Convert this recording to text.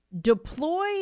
deploy